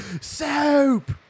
Soap